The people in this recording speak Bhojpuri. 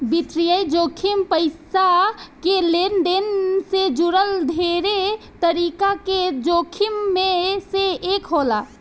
वित्तीय जोखिम पईसा के लेनदेन से जुड़ल ढेरे तरीका के जोखिम में से एक होला